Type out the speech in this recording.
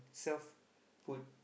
self put